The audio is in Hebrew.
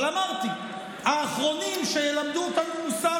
אבל אמרתי: האחרונים שילמדו אותנו מוסר